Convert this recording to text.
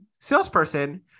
salesperson